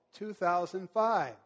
2005